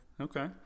Okay